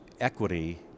equity